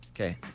Okay